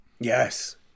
Yes